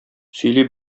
сөйли